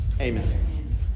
Amen